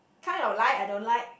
kinds of light I don't like